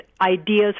ideas